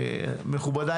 מכובדיי,